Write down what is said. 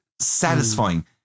satisfying